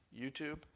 YouTube